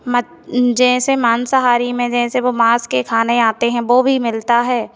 मत जैसे मांसाहारी में जैसे वो मांस के खाने आते हैं वो भी मिलता है